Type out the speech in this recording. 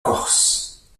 corse